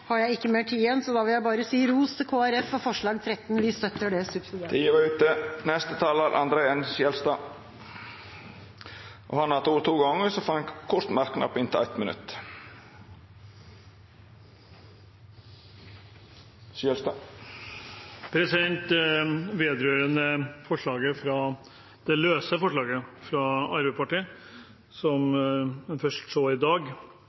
jeg vil bare si: Ros til Kristelig Folkeparti for forslag nr. 13. Vi støtter det subsidiært. Representanten André N. Skjelstad har hatt ordet to gonger tidlegare og får ordet til ein kort merknad, avgrensa til 1 minutt. Vedrørende forslaget fra Arbeiderpartiet, som jeg først så i dag,